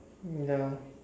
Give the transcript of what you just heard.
ya